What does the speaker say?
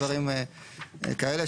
דברים כאלה,